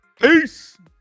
Peace